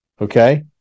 okay